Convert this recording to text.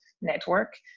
network